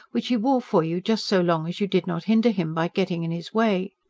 which he wore for you just so long as you did not hinder him by getting in his way.